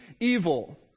evil